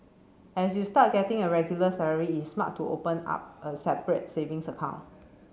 as you start getting a regular salary is smart to open up a separate savings account